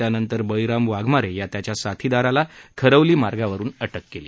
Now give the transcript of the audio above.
त्यांनतर बळीराम वाघमारे या त्यांच्या साथीरालाही खरवली मार्गावरून अटक केली